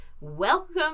Welcome